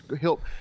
help